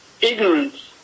Ignorance